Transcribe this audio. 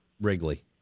Wrigley